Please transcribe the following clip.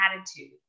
attitude